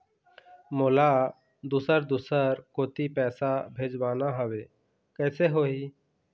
मोला दुसर दूसर कोती पैसा भेजवाना हवे, कइसे होही?